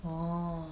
orh